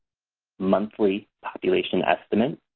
monthly population estimates.